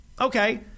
Okay